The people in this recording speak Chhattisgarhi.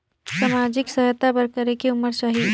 समाजिक सहायता बर करेके उमर चाही?